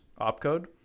opcode